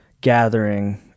gathering